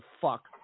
fuck